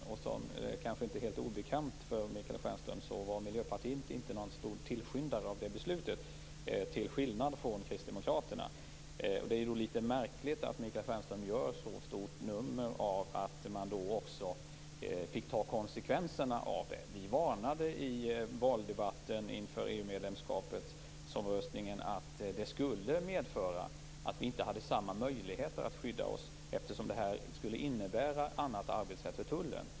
Och det kanske inte är helt obekant för Michael Stjernström att Miljöpartiet inte var någon stor tillskyndare av det beslutet, till skillnad från Kristdemokraterna. Det är därför litet märkligt att Michael Stjernström gör ett så stort nummer av att man då också fick ta konsekvenserna av det. Vi varnade i valdebatten inför EU-medlemskapsomröstningen för att det skulle medföra att vi inte hade samma möjligheter att skydda oss, eftersom detta skulle innebära ett annat arbetssätt för tullen.